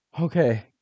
Okay